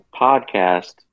podcast